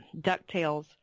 DuckTales